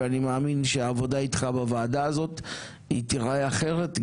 ואני מאמין שהעבודה איתך בוועדה הזאת תיראה אחרת.